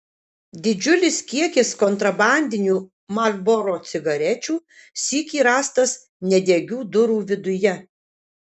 didžiulis kiekis kontrabandinių marlboro cigarečių sykį rastas nedegių durų viduje